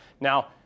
Now